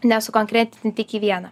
nesukonkretint tik į vieną